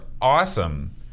awesome